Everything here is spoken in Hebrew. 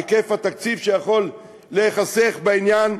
היקף התקציב שיכול להיחסך בעניין,